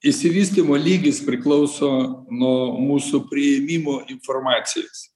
išsivystymo lygis priklauso nuo mūsų priėmimo informacijos